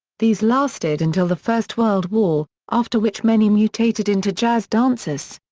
these lasted until the first world war, after which many mutated into jazz dancers.